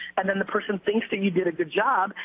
and then the person thinks that you did a good job,